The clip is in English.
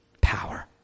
power